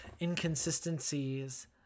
inconsistencies